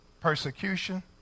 persecution